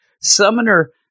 summoner